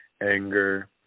Anger